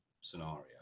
scenario